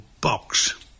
Box